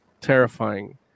terrifying